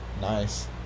nice